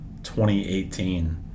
2018